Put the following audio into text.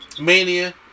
mania